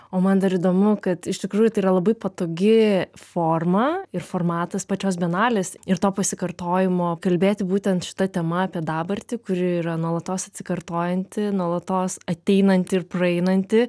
o man dar įdomu kad iš tikrųjų tai yra labai patogi forma ir formatas pačios bienalės ir to pasikartojimo kalbėti būtent šita tema apie dabartį kuri yra nuolatos atsikartojanti nuolatos ateinanti ir praeinanti